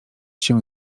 się